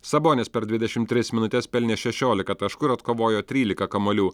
sabonis per dvidešimt tris minutes pelnė šešiolika taškų ir atkovojo trylika kamuolių